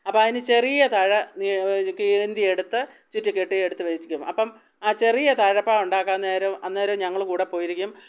അപ്പം അതിന് ചെറിയ തഴ കീന്തിയെടുത്ത് ചുറ്റിക്കെട്ടി എടുത്ത് വച്ചേക്കും അപ്പം ആ ചെറിയ തഴപ്പ ഉണ്ടാക്കാം നേരം അന്നേരവും ഞങ്ങൾ കൂടെ പോയിരിക്കും